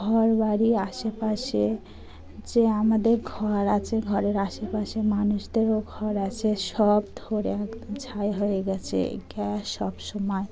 ঘর বাড়ির আশেপাশে যে আমাদের ঘর আছে ঘরের আশেপাশে মানুষদেরও ঘর আছে সব ধরে একদম ছাই হয়ে গেছে গ্যাস সবসময়